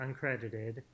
uncredited